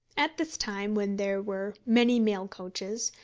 at this time, when there were many mail-coaches,